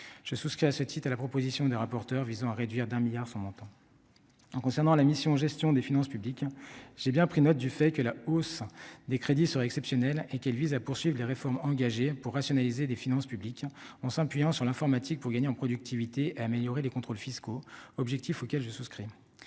je souscris à ce titre à la proposition des rapporteurs visant à réduire d'un milliard, son montant en concernant la mission Gestion des finances publiques, j'ai bien pris note du fait que la hausse des crédits sur exceptionnelle et qu'elle vise à poursuivre les réformes engagées pour rationaliser des finances publiques, on s'appuyant sur l'informatique pour gagner en productivité et améliorer les contrôles fiscaux, objectif auquel je souscris,